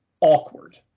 awkward